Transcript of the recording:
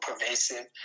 pervasive